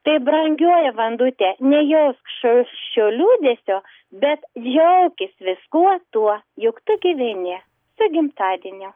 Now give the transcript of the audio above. tai brangioji vandute nejausk šios šio liūdesio bet džiaukis viskuo tuo juk tu gyveni su gimtadieniu